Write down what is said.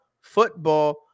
Football